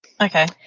Okay